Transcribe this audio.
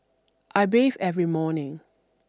I bathe every morning